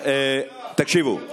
שר התקשורת זה אני,